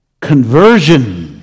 conversion